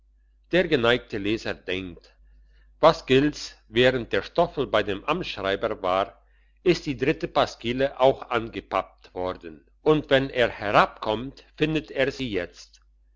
der geneigte leser denkt was gilt's während der stoffel bei dem amtsschreiber war ist die dritte pasquille auch angepappt worden und wenn er herabkommt findet er sie jetzt